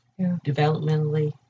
developmentally